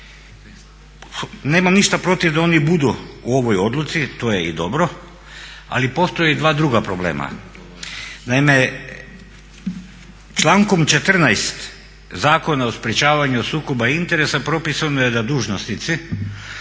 Nemam ništa protiv da oni budu u ovoj odluci, to je i dobro, ali postoje dva druga problema. Naime, člankom 14. Zakona o sprečavanju sukoba interesa propisano je da dužnosnici